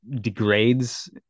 degrades